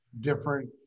different